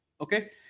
okay